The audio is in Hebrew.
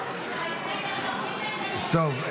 טוב,